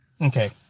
okay